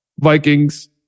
Vikings